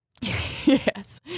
Yes